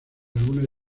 alguna